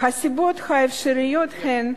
הסיבות האפשריות הן: